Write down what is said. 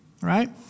Right